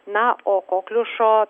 na o kokliušo